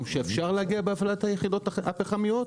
שאפשר להגיע אליו בהפעלת היחידות הפחמיות,